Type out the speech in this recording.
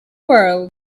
world